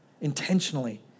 Intentionally